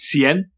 Cien